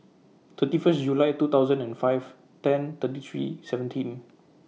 thirty First July two thousand and five ten thirty three seventeen